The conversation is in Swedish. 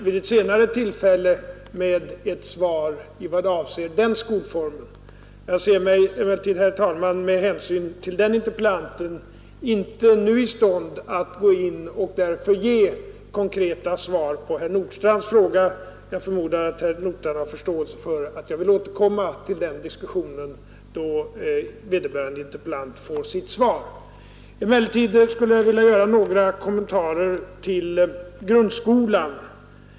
Vid ett senare tillfälle kommer jag med ett svar avseende den skolformen. Med hänsyn till den interpellanten ser jag mig, herr talman, nu inte i stånd att ge några konkreta svar på herr Nordstrandhs fråga. Jag förmodar att herr Nordstrandh har förståelse för att jag vill återkomma till denna diskussion i samband med att vederbörande interpellant får sitt svar. Jag skulle emellertid vilja göra några kommentarer till grundskolan.